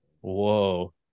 Whoa